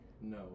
No